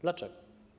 Dlaczego?